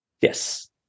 Yes